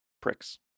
pricks